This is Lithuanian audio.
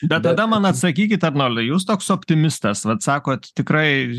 bet tada man atsakykit arnoldai jūs toks optimistas vat sakot tikrai